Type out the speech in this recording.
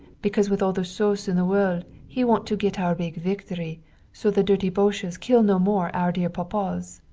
because with all the sous in the world he want to get our big victory so the dirty boches kill no more our dear papas.